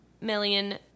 million